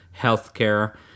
healthcare